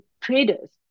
traders